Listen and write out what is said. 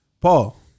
Paul